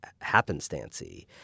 happenstancey